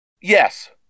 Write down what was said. Yes